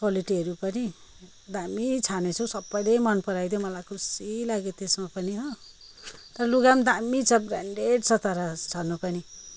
क्वालिटीहरू पनि दामी छानेछु सबैले मन पराइदियो मलाई खुसी लाग्यो त्यसमा पनि हो तर लुगा पनि दामी छ ब्रान्डेड छ तर छन पनि